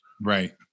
Right